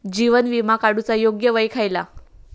जीवन विमा काडूचा योग्य वय खयला?